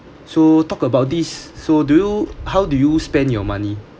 so talk about this so do you how do you spend your money